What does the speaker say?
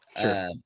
Sure